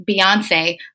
Beyonce